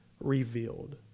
revealed